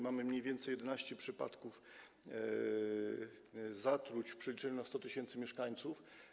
Mamy mniej więcej 11 przypadków zatruć w przeliczeniu na 100 tys. mieszkańców.